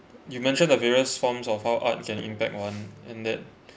you mentioned the various forms of how art can impact one and then